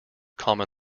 common